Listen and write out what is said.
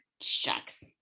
shucks